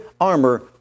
armor